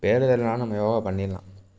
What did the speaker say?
பேர் தெரியல்லனாலும் நம்ம யோகா பண்ணிடலாம்